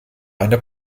eine